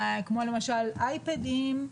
כמו למשל אייפדים,